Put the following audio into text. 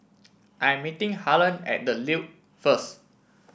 I am meeting Harlen at The Duke first